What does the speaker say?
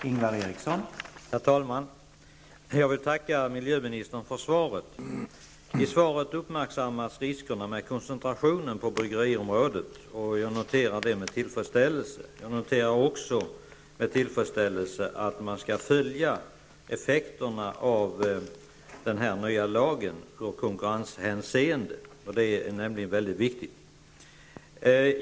Herr talman! Jag vill tacka miljöministern för svaret. I svaret uppmärksammas riskerna med koncentrationen på bryggeriområdet, och jag noterar det med tillfredsställelse. Jag noterar också med tillfredsställelse att man skall följa effekterna av den här nya lagen i konkurrenshänseende. Det är nämligen mycket viktigt.